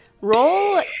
Roll